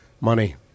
Money